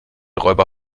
räuber